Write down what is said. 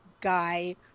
guy